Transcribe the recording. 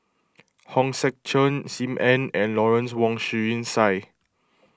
Hong Sek Chern Sim Ann and Lawrence Wong Shyun Tsai